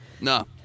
No